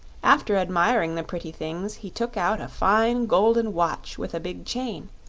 after admiring the pretty things, he took out a fine golden watch with a big chain,